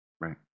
Right